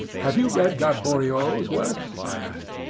have you read gaboriau's works? i asked.